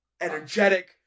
energetic